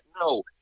no